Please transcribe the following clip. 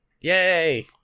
Yay